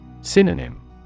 Synonym